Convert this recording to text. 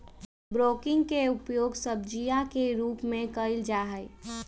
broccoli के उपयोग सब्जीया के रूप में कइल जाहई